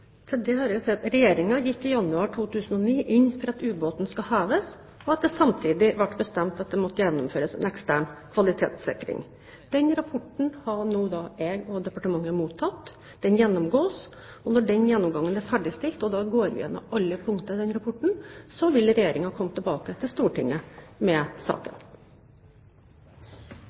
Til det har jeg å si at Regjeringen i januar 2009 gikk inn for at ubåten skulle heves. Det ble samtidig bestemt at det måtte gjennomføres en ekstern kvalitetssikring. Den rapporten har jeg og departementet nå mottatt. Den gjennomgås. Når den gjennomgangen er ferdigstilt, vil vi gå igjennom alle punktene i rapporten, og så vil Regjeringen komme tilbake til Stortinget med saken.